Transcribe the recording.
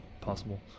possible